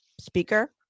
speaker